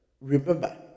Remember